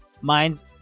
Mine's